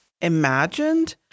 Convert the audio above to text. imagined